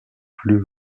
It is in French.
plus